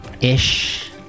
ish